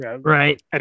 right